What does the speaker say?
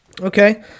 okay